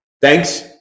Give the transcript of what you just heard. thanks